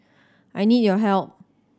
I need your help